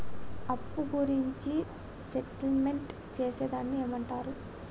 అప్పు గురించి సెటిల్మెంట్ చేసేదాన్ని ఏమంటరు?